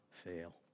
fail